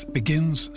begins